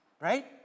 Right